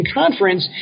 conference